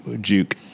Juke